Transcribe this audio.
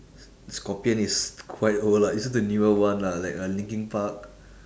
scorpion is quite old lah listen to newer one lah like uh linkin park